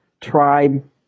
tribe